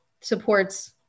supports